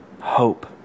hope